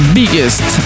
biggest